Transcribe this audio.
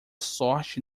sorte